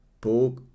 pork